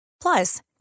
Plus